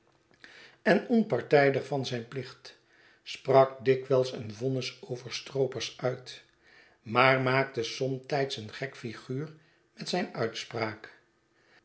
en onpartijdig van zijn plicht sprak dikwijls een vonnis over stroopers uit maar maakte somtijds een gek figuur met zijn uitspraak